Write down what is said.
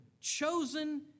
Chosen